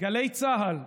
גלי צה"ל,